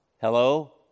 hello